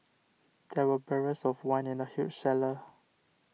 there were barrels of wine in the huge cellar